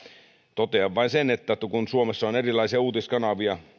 totean vain sen että kun suomessa on erilaisia uutiskanavia